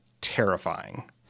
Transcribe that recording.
terrifying